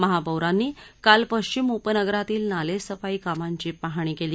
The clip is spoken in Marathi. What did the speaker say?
महापौरांनी काल पश्चिम उपनगरातील नालेसफाई कामांची पाहणी केली